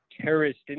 terrorist